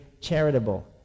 charitable